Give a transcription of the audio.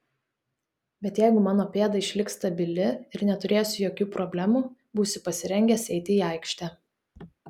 bei jeigu mano pėda išliks stabili ir neturėsiu jokių problemų būsiu pasirengęs eiti į aikštę